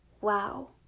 Wow